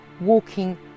walking